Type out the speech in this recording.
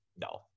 No